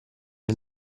nel